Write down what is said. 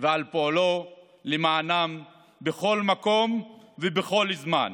ועל פועלו למענם בכל מקום ובכל זמן.